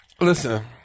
Listen